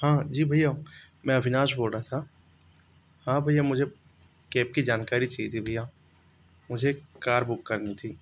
हाँ जी भैया मैं अविनाश बोल रहा था हाँ भैया मुझे केप की जानकारी चाहिए थी भैया मुझे कार बुक करनी थी